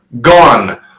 gone